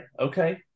okay